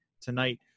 tonight